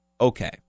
Okay